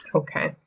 okay